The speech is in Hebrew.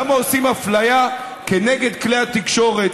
למה עושים אפליה כנגד כלי התקשורת.